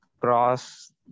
cross